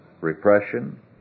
repression